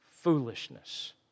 foolishness